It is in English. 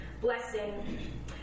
blessing